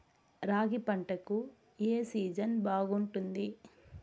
రాగి పంటకు, ఏ సీజన్ బాగుంటుంది?